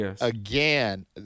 Again